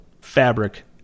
fabric